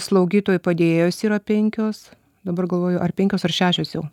slaugytojų padėjėjos yra penkios dabar galvoju ar penkios ar šešios jau